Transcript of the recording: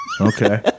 Okay